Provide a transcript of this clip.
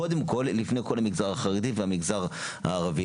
קודם כל לפני כל המגזר החרדי והמגזר הערבי,